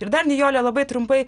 ir dar nijole labai trumpai